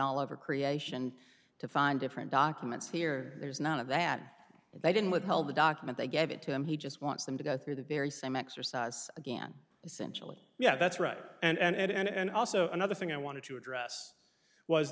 all over creation to find different documents here there's none of that and they didn't withheld the document they gave it to him he just wants them to go through the very same exercise again essentially yeah that's right and also another thing i wanted to address was